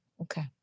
Okay